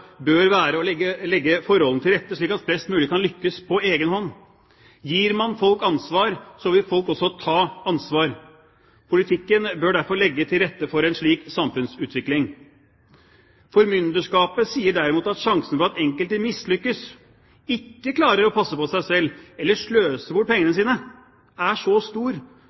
bør være å legge forholdene til rette slik at flest mulig kan lykkes på egen hånd. Gir man folk ansvar, vil folk også ta ansvar. Politikken bør derfor legge til rette for en slik samfunnsutvikling. Formynderskapet sier derimot at sjansen for at enkelte mislykkes, at de ikke klarer å passe på seg selv, eller sløser bort pengene sine, er så stor